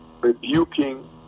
rebuking